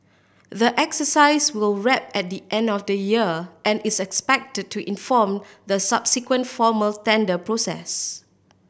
the exercise will wrap at the end of the year and is expect to to inform the subsequent formal tender process